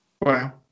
Wow